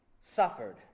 suffered